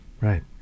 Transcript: Right